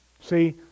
See